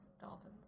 Dolphins